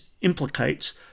implicates